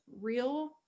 real